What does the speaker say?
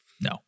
No